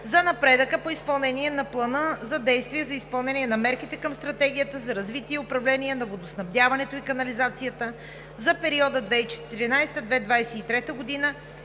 за напредъка по изпълнение на Плана за действие за изпълнение на мерките към Стратегията за развитие и управление на водоснабдяването и канализацията за периода 2014 – 2023 г. и